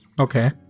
Okay